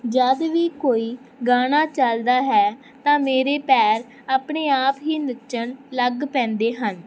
ਜਦੋਂ ਵੀ ਕੋਈ ਗਾਣਾ ਚੱਲਦਾ ਹੈ ਤਾਂ ਮੇਰੇ ਪੈਰ ਆਪਣੇ ਆਪ ਹੀ ਨੱਚਣ ਲੱਗ ਪੈਂਦੇ ਹਨ